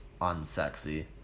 unsexy